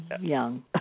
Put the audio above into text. young